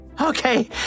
Okay